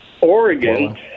oregon